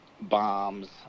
Bombs